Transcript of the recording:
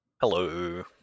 Hello